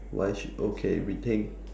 why should okay we think